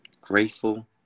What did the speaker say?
grateful